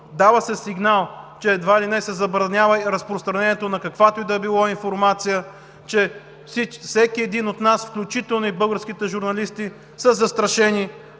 дава се сигнал, че едва ли не се забранява разпространението на каквато и да било информация, че всеки един от нас, включително и българските журналисти, са застрашени